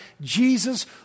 Jesus